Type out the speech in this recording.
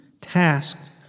tasked